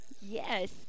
Yes